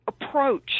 approach